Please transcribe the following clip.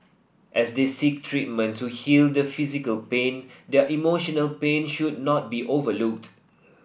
as they seek treatment to heal the physical pain their emotional pain should not be overlooked